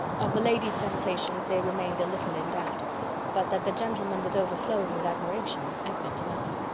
of the lady's sensations they remained a little in doubt but that the gentleman was overflowing with admiration was evident enough.